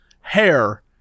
hair